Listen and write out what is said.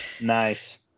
Nice